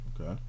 Okay